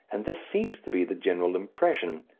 and this seems to be the general impression,